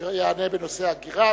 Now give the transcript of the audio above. אשר יענה בנושאי הגירה,